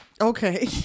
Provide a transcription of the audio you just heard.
okay